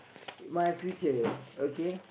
my future okay